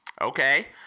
Okay